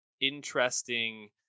interesting